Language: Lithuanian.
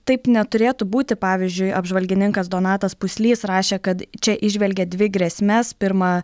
taip neturėtų būti pavyzdžiui apžvalgininkas donatas puslys rašė kad čia įžvelgia dvi grėsmes pirma